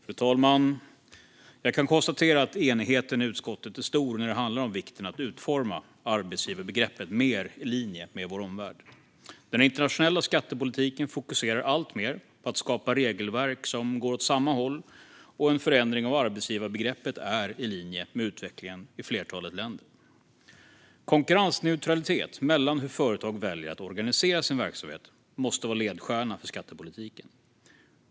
Fru talman! Jag kan konstatera att enigheten i utskottet är stor när det handlar om vikten av att utforma arbetsgivarbegreppet mer i linje med vår omvärld. Den internationella skattepolitiken fokuserar alltmer på att skapa regelverk som går åt samma håll, och en förändring av arbetsgivarbegreppet är i linje med utvecklingen i flertalet länder. Konkurrensneutralitet mellan företag när det gäller hur de väljer att organisera sin verksamhet måste vara ledstjärnan för skattepolitiken.